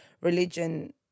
religion